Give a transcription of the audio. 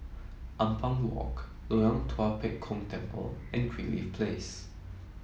Ampang Walk Loyang Tua Pek Kong Temple and Greenleaf Place